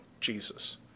Jesus